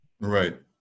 Right